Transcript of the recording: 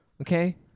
Okay